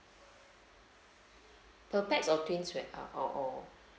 per pax or twins share or or